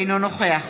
אינו נוכח